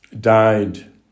died